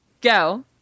Go